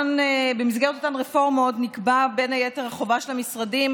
במסגרת אותן רפורמות נקבעה בין היתר החובה של המשרדים